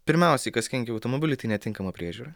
pirmiausiai kas kenkia automobiliui tai netinkama priežiūra